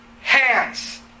hands